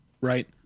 right